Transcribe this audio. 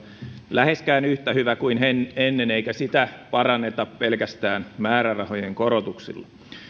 läheskään yhtä hyvä kuin ennen eikä sitä paranneta pelkästään määrärahojen korotuksilla